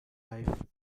life